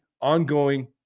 ongoing